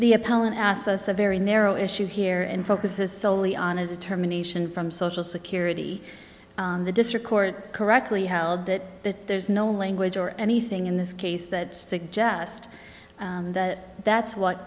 the appellant asks us a very narrow issue here and focuses solely on a determination from social security the district court correctly held that there's no language or anything in this case that suggest that that's what